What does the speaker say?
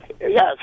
Yes